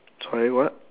sorry what